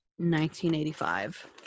1985